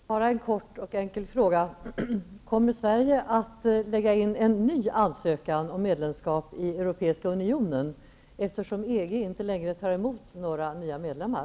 Fru talman! Jag vill ställa en kort och enkel fråga. Kommer Sverige att lämna in en ny ansökan om medlemskap i Europeiska unionen, eftersom EG inte längre tar emot några nya medlemmar?